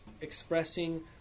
expressing